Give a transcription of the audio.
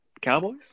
Cowboys